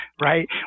right